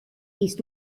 gehst